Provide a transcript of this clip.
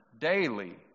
daily